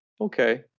Okay